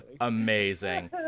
Amazing